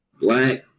Black